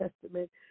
Testament